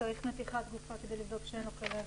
צריך נתיחת גופה כדי לבדוק שאין לו כלבת.